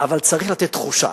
אבל צריך לתת תחושה